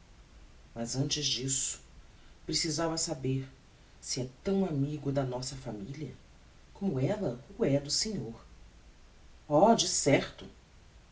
mas antes disso precisava saber se é tão amigo da nossa familia como ella o é do senhor oh de certo